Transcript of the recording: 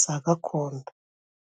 za gakondo.